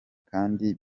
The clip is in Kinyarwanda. kandi